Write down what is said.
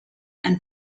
and